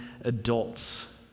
adults